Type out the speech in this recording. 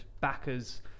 backers